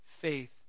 faith